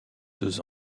deux